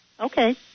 Okay